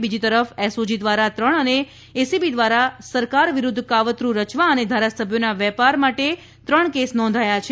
બીજી તરફ એસઓજી દ્વારા ત્રણ અને એસીબી દ્વારા સરકાર વિરુદ્ધ કાવતરું રચવા અને ધારાસભ્યોના વેપાર માટે ત્રણ કેસ નોંધાયા છે